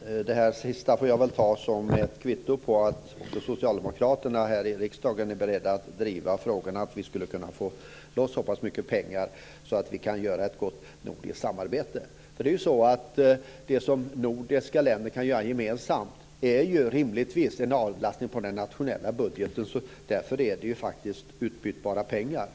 Det här sista får jag väl ta som ett kvitto på att socialdemokraterna här i riksdagen är beredda att driva frågan om att vi ska få loss så pass mycket pengar att vi kan åstadkomma ett gott nordiskt samarbete. Det som de nordiska länderna kan göra gemensamt avlastar ju rimligtvis den nationella budgeten. Därför är det faktiskt fråga om utbytbara pengar.